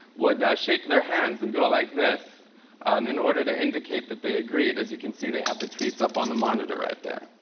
would shake their hands and go like this um in order to indicate that they agreed. as you can see, they have the tweets up on the monitor right there.